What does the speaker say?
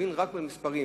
ומבין רק במספרים,